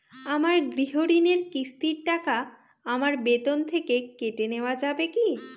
আমার গৃহঋণের কিস্তির টাকা আমার বেতন থেকে কেটে নেওয়া যাবে কি?